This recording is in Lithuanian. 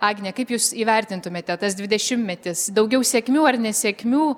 agne kaip jūs įvertintumėte tas dvidešimtmetis daugiau sėkmių ar nesėkmių